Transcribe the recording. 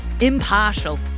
Impartial